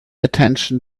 attention